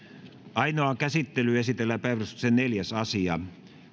ainoaan käsittelyyn esitellään päiväjärjestyksen neljäs asia